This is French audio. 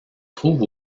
trouve